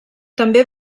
també